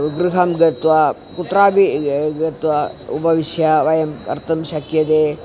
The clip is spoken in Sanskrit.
गृहं गत्वा कुत्रापि गत्वा उपविश्य वयं कर्तुं शक्नुमः